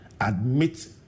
Admit